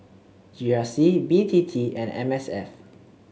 G R C B T T and M S F